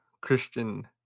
Christian